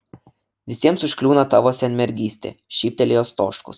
visiems užkliūna tavo senmergystė šyptelėjo stoškus